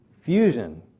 fusion